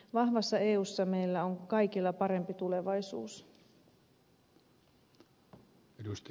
vahvassa eussa meillä on kaikilla parempi tulevaisuus